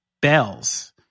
bells